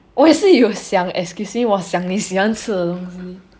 我也是有想 excuse me 我想你喜欢吃的东西